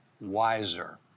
wiser